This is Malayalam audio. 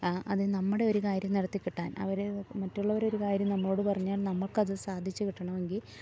അത് നമ്മുടെ ഒരു കാര്യം നടത്തി കിട്ടാൻ അവര് മറ്റുള്ളവരൊര് കാര്യം നമ്മളോട് പറഞ്ഞാൽ നമുക്കത് സാധിച്ച് കിട്ടണമെങ്കിൽ